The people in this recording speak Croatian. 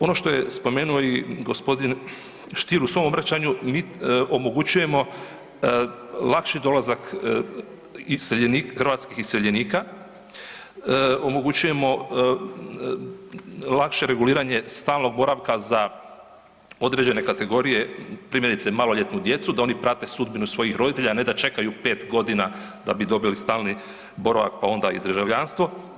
Ono što je spomenuo i g. Stier u svom obraćanju i mi omogućujemo lakši dolazak iseljenika, hrvatskih iseljenika, omogućujemo lakše reguliranje stalnog boravka za određene kategorije, primjerice maloljetnu djecu da oni prate sudbinu svojih roditelja, a ne da čekaju 5.g. da bi dobili stalni boravak, pa onda i državljanstvo.